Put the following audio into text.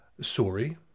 sorry